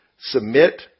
submit